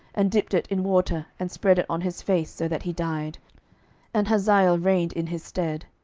and dipped it in water, and spread it on his face, so that he died and hazael reigned in his stead.